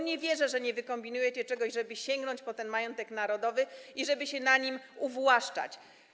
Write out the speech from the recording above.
Nie wierzę, że nie wykombinujecie czegoś, żeby sięgnąć po ten majątek narodowy i żeby się na nim uwłaszczać.